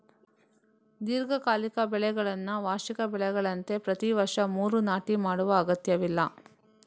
ದೀರ್ಘಕಾಲಿಕ ಬೆಳೆಗಳನ್ನ ವಾರ್ಷಿಕ ಬೆಳೆಗಳಂತೆ ಪ್ರತಿ ವರ್ಷ ಮರು ನಾಟಿ ಮಾಡುವ ಅಗತ್ಯವಿಲ್ಲ